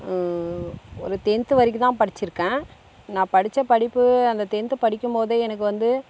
ஒரு டென்த்து வரைக்கும் தான் படிச்சிருக்கேன் நான் படிச்ச படிப்பு அந்த டென்த்து படிக்கும்போதே எனக்கு வந்து